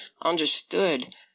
understood